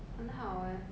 很好 eh